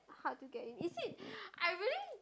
hard to get it is it I really